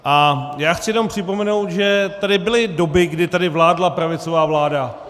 A já chci jenom připomenout, že tady byly doby, kdy tady vládla pravicová vláda.